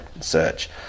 search